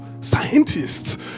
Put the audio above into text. Scientists